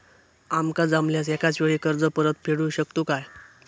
आमका जमल्यास एकाच वेळी कर्ज परत फेडू शकतू काय?